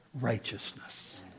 righteousness